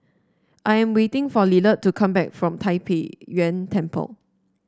I am waiting for Lillard to come back from Tai Pei Yuen Temple